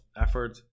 effort